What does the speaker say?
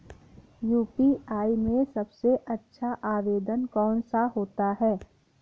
UPI में सबसे अच्छा आवेदन कौन सा होता है?